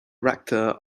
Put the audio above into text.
rector